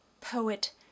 Poet